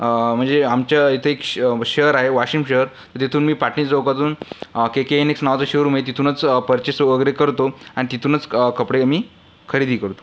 म्हणजे आमच्या इथे एक शहर आहे वाशीम शहर तिथून मी पाटणी चौकातून केकेइनिक्स नावाचं शोरूम आहे तिथूनच परचेस वगैरे करतो आणि तिथूनच कपडे मी खरेदी करतो